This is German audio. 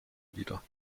wieder